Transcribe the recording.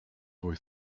boy